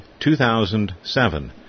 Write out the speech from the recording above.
2007